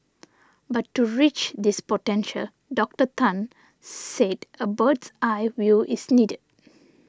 but to reach this potential Doctor Tan said a bird's eye view is needed